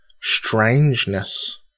strangeness